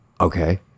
okay